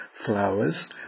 flowers